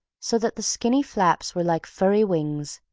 so that the skinny flaps were like furry wings.